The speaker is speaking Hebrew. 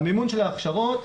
המימון של ההכשרות,